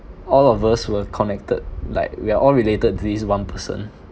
all of us were connected like we are all related to this one person